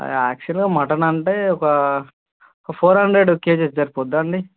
యాక్చువల్గా మటన్ అంటే ఒక ఒక ఫోర్ హండ్రెడ్ కేజీస్ సరిపోతుందా అండి